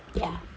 ya